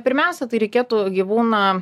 pirmiausia tai reikėtų gyvūną